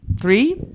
three